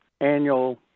annual